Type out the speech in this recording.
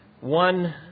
one